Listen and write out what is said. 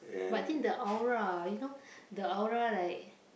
but think the aura you know the aura like